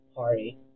party